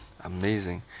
Amazing